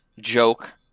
joke